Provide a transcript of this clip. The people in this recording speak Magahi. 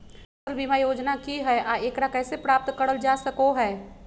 फसल बीमा योजना की हय आ एकरा कैसे प्राप्त करल जा सकों हय?